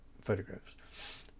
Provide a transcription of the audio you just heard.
photographs